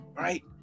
Right